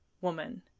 woman